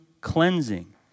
cleansing